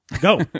Go